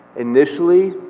initially,